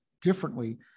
differently